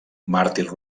màrtir